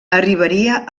arribaria